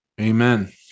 amen